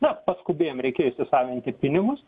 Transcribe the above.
na paskubėjom reikėjo įsisavinti pinigus